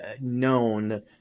known